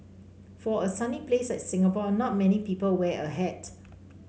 for a sunny place like Singapore not many people wear a hat